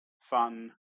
fun